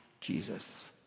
Jesus